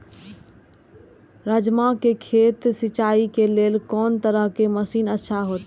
राजमा के खेत के सिंचाई के लेल कोन तरह के मशीन अच्छा होते?